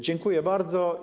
Dziękuję bardzo.